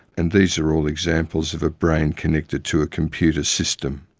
and these are all examples of a brain connected to a computer system.